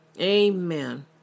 Amen